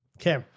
Okay